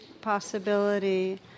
possibility